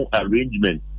arrangement